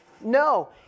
No